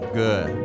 good